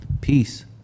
Peace